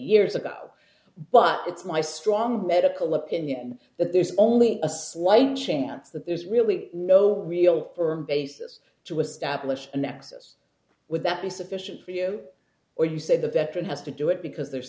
years ago but it's my strong medical opinion that there's only a slight chance that there's really no real firm basis to establish a nexus would that be sufficient for you or you say the veteran has to do it because there's